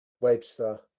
Webster